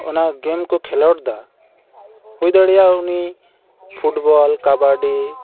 ᱚᱱᱟ ᱜᱮᱢ ᱠᱚ ᱠᱷᱮᱞᱚᱰᱫᱟ ᱦᱩᱭ ᱫᱟᱲᱮᱭᱟᱜᱼᱟ ᱩᱱᱤ ᱯᱷᱩᱴᱵᱚᱞ ᱠᱟᱵᱟᱰᱤ